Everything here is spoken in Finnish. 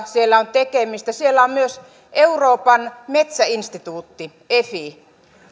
siellä on tekemistä siellä on myös euroopan metsäinstituutti efi